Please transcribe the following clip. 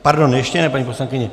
Pardon, ještě ne, paní poslankyně.